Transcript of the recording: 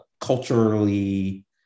culturally